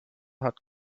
hat